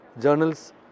journals